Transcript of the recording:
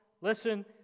Listen